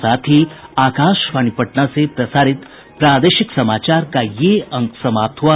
इसके साथ ही आकाशवाणी पटना से प्रसारित प्रादेशिक समाचार का ये अंक समाप्त हुआ